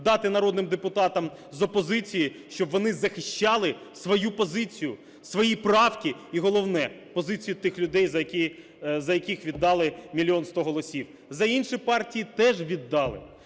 дати народним депутатам з опозиції, щоб вони захищали свою позицію, свої правки, і головне – позицію тих людей, за які віддали… за яких віддали мільйон сто голосів. За інші партії – теж віддали.